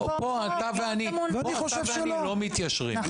אוקיי, אז אתה ואני לא מתיישרים פה.